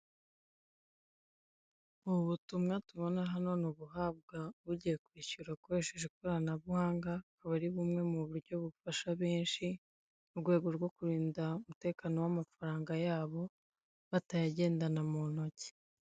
Ubu butumwa tubona hantu ni ubuhabwa ugiye kwishyura ukoresheje ikoranabuhanga, akaba ari bumwe bufasha benshi, mu rwego rwo kurinda umutekano w'amafaranga yabo batayagendana mu ntoki.